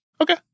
Okay